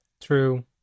True